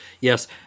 yes